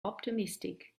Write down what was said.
optimistic